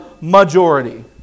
majority